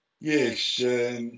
Yes